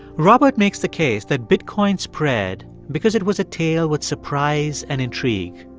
robert makes the case that bitcoin spread because it was a tale with surprise and intrigue.